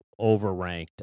overranked